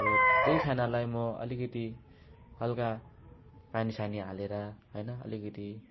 अब त्यही खानालाई म अलिकति हलका पानीसानी हालेर होइन अलिकति